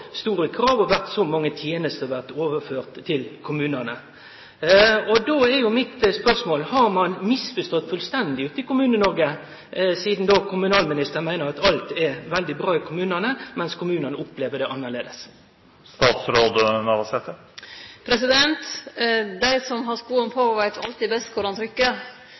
store krav og vore så mange tenester som er overførte til kommunane. Då er mitt spørsmål: Har ein misforstått fullstendig ute i Kommune-Noreg, sidan kommunalministeren meiner at alt er veldig bra i kommunane, mens kommunane opplever det annleis? Dei som har skoa på, veit alltid best kor